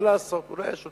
מה לעשות, הוא לא היה שותף.